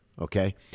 okay